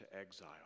exile